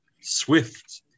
swift